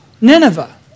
Nineveh